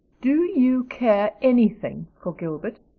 do you care anything for gilbert?